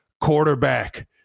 quarterback